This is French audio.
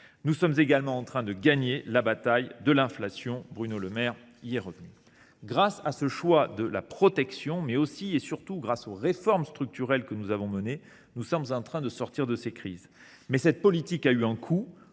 nous sommes également en train de gagner la bataille de l’inflation. Grâce à ce choix de la protection, mais aussi et surtout aux réformes structurelles que nous avons menées, nous sommes en train de sortir de ces crises. Néanmoins, cette politique a eu un coût,